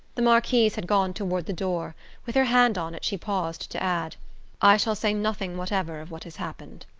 the marquise had gone toward the door with her hand on it she paused to add i shall say nothing whatever of what has happened.